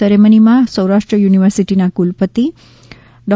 સેરેમનીમાં સૌરાષ્ટ્ર યુનિવર્સિટીના કુલપતિશ્રી ડો